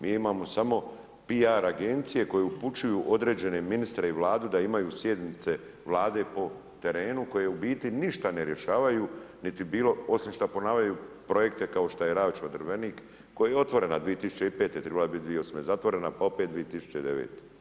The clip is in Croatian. Mi imamo samo PR agencije koje upućuju određene ministre i Vladu da imaju sjednice Vlade po terenu koje u biti ništa ne rješavaju niti bilo osim što ponavljaju projekte kao što je Ravča-Drvenik koji je otvorena 2005., trebala je biti 2008. zatvorena pa opet 2009.